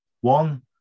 one